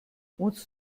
wohnst